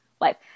life